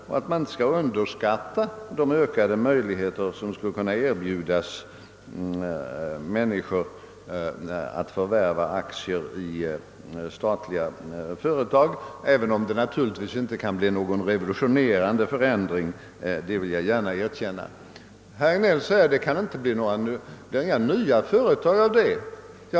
Man skall därför inte underskatta vad ökade möjligheter att erbjuda människor att förvärva aktier i statliga företag kan innebära, även om jag gärna erkänner att det inte blir någon revolutionerande förändring. Det kan inte bli några nya företag på detta sätt, säger herr Hagnell.